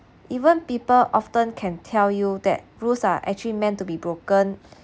even people often can tell you that rules are actually meant to be broken